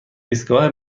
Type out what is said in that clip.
ایستگاه